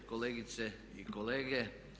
Kolegice i kolege.